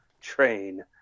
train